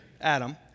Adam